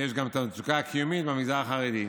ויש גם את המצוקה הקיומית במגזר החרדי.